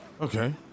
Okay